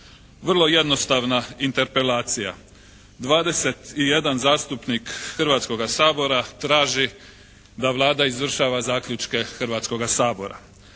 vrlo jednostavna interpelacija. 21 zastupnik Hrvatskoga sabora traži da Vlada izvršava zaključke Hrvatskoga sabora.